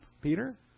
Peter